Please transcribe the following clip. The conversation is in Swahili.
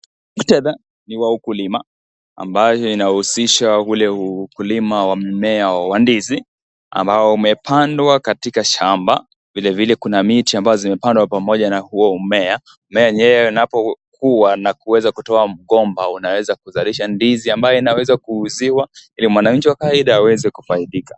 Mktatha ni wa ukulima ambaye inahusisha ule ukulima wa mimea wa ndizi, ambao umepandwa katika shamba. Vilevile kuna miti ambazo zimepandwa pamoja na huo mmea. Mmea wenyewe unapokuwa na kuweza kutoa mgomba, unaweza kuzalisha ndizi ambaye inaweza kuuziwa, ili mwananchi wa kawaida aweze kufaidika.